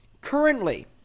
Currently